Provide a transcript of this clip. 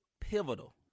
pivotal